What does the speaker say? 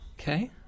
Okay